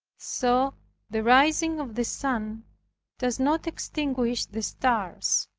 so the rising of the sun does not extinguish the stars,